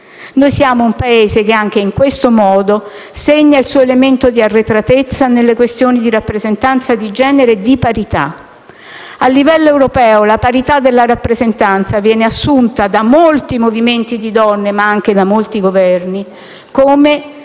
Noi siamo un Paese che anche in questo modo segna il suo elemento di arretratezza nelle questioni di rappresentanza di genere e di parità. A livello europeo la parità della rappresentanza viene assunta da molti movimenti di donne, ma anche da molti Governi, come